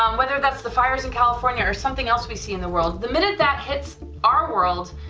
um whether that's the fires in california or something else we see in the world, the minute that hits our world,